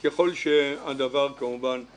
אתה כבר בפעם החמישית או השישית נכנס,